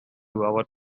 about